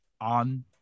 on